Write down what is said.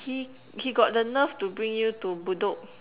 he he got the nerve to bring you to Bedok